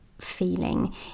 feeling